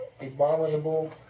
abominable